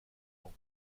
ans